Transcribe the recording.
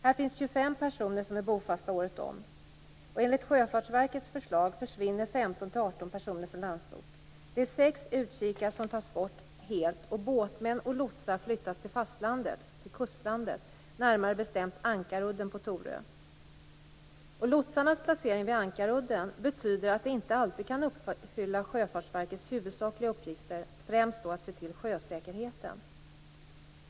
Här finns 25 personer, bofasta året runt. Enligt Sjöfartsverkets förslag försvinner 15-18 personer från Landsort. 6 utkikar tas bort helt. Båtsmän och lotsar flyttas till fastlandet, närmare bestämt Ankarudden på Torö. Lotsarnas placering på Ankarudden betyder att de inte alltid kan uppfylla Sjöfartsverkets huvudsakliga uppgifter, dvs. främst se till sjösäkerheten.